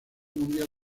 mundial